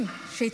חברים, הינה,